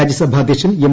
രാജ്യസഭാ അധ്യക്ഷൻ എം